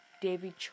David